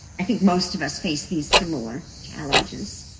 i think most of us face these similar challenges?